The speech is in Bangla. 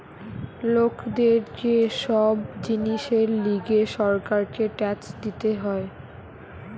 লোকদের কে সব জিনিসের লিগে সরকারকে ট্যাক্স দিতে হয়